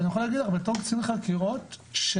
אבל אני יכול להגיד לך בתור קצין חקירות שאחד,